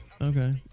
Okay